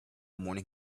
morning